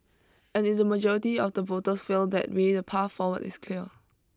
and if the majority of the voters feel that way the path forward is clear